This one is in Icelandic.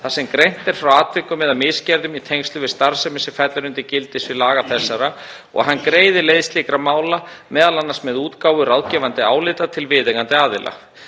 þar sem greint er frá atvikum eða misgerðum í tengslum við starfsemi sem fellur undir gildissvið laga þessara og að hann greiði leið slíkra mála, m.a. með útgáfu ráðgefandi álita til viðeigandi aðila.